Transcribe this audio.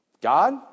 God